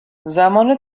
زمان